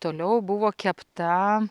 toliau buvo kepta